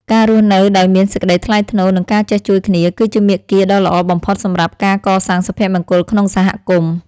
ការរស់នៅដោយមានសេចក្ដីថ្លៃថ្នូរ និងការចេះជួយគ្នាគឺជាមាគ៌ាដ៏ល្អបំផុតសម្រាប់ការកសាងសុភមង្គលក្នុងសហគមន៍។